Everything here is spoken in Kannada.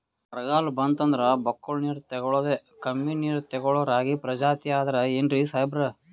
ಬರ್ಗಾಲ್ ಬಂತಂದ್ರ ಬಕ್ಕುಳ ನೀರ್ ತೆಗಳೋದೆ, ಕಮ್ಮಿ ನೀರ್ ತೆಗಳೋ ರಾಗಿ ಪ್ರಜಾತಿ ಆದ್ ಏನ್ರಿ ಸಾಹೇಬ್ರ?